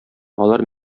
алар